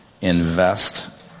invest